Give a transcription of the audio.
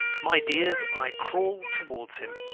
my dears, i crawled towards him,